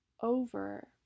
over